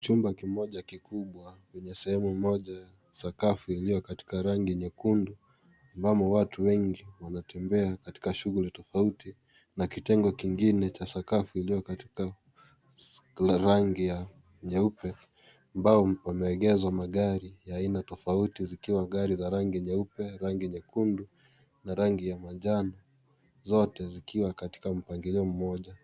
Chumba kimoja kikubwa kwenye sehemu moja sakafu iliyo katika rangi nyekundu ambamo watu wengi wanatembea katika shughuli tofauti na kitengo kingine cha sakafu iliyo katika rangi ya nyeupe ambao pameegezwa magari ya aina tofauti zikiwa gari za rangi nyeupe, rangi nyekundu na rangi ya manjano. Zote zikiwa katika mpangilio mmoja.